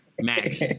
max